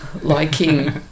liking